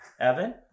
Evan